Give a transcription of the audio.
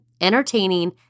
entertaining